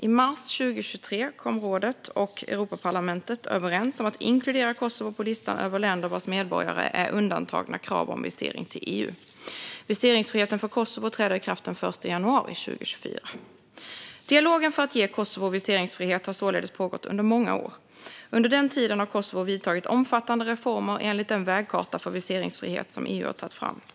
I mars 2023 kom rådet och Europaparlamentet överens om att inkludera Kosovo på listan över länder vars medborgare är undantagna från krav på visering till EU. Viseringsfriheten för Kosovo träder i kraft den 1 januari 2024. Dialogen för att ge Kosovo viseringsfrihet har således pågått under många år. Under den tiden har Kosovo vidtagit omfattande reformer enligt den vägkarta för viseringsfrihet som EU har tagit fram.